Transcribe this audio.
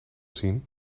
zien